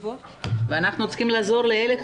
ואנחנו צריכים לעזור לאלה,